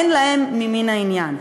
אין הם ממין העניין.